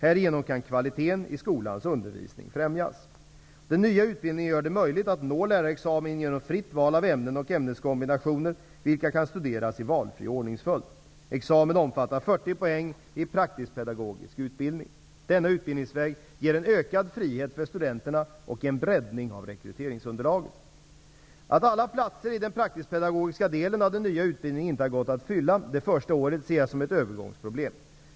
Härigenom kan kvaliteten i skolans undervisning främjas. Den nya utbildningen gör det möjligt att nå lärarexamen genom fritt val av ämnen och ämneskombinationer, vilka kan studeras i valfri ordningsföljd. Examen omfattar 40 poäng i praktisk-pedagogisk utbildning. Denna utbildningsväg ger en ökad frihet för studenterna och en breddning av rekryteringsunderlaget. Att alla platser i den praktisk-pedagogiska delen av den nya utbildningen inte har gått att fylla det första året ser jag som ett övergångsproblem.